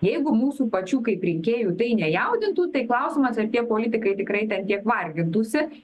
jeigu mūsų pačių kaip rinkėjų tai nejaudintų tai klausimas ar tie politikai tikrai ten tiek vargintųsi